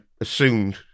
assumed